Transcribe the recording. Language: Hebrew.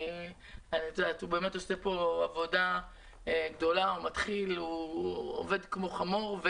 אתה באמת עושה פה עבודה גדולה, אתה עובד כמו חמור.